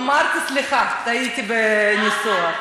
אמרתי: סליחה, טעיתי בניסוח.